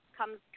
comes